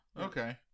okay